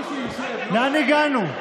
לאן הגענו?